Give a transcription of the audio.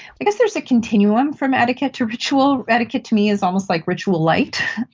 i guess there is a continuum from etiquette to ritual. etiquette to me is almost like ritual-lite.